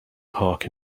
park